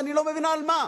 ואני לא מבין על מה.